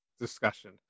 discussion